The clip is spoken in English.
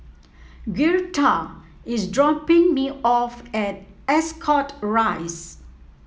Girtha is dropping me off at Ascot Rise